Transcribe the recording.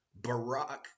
Barack